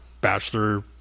bachelor